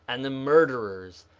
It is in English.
and the murderers,